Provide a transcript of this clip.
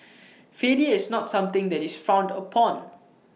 failure is not something that is frowned upon